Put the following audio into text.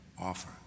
offer